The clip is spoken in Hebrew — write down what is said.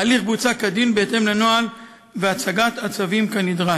ההליך בוצע כדין בהתאם לנוהל והצגת הצווים כנדרש.